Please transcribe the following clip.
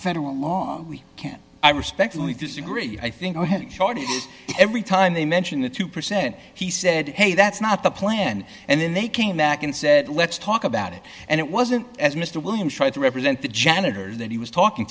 federal law we can't i respectfully disagree i think i have shorted every time they mention the two percent he said hey that's not the plan and then they came back and said let's talk about it and it wasn't as mr williams tried to represent the janitors that he was talking